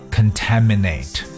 Contaminate